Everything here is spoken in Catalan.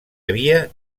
havia